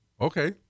Okay